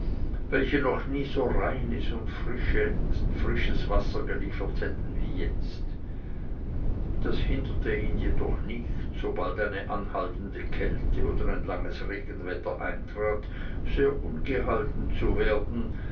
welche noch nie so reines und frisches wasser geliefert hätten wie jetzt das hinderte ihn jedoch nicht sobald eine anhaltende kälte oder ein langes regenwetter eintrat sehr ungehalten zu werden